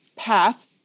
path